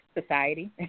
society